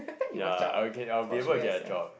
ya I I will be able to get a job